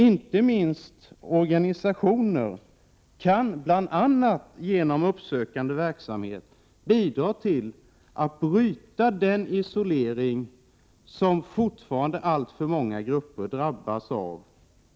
Inte minst organisationer kan bl.a. genom uppsökande verksamhet bidra till att bryta den isolering som alltför många grupper fortfarande drabbas av.